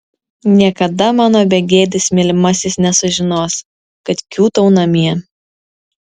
niekada mano begėdis mylimasis nesužinos kad kiūtau namie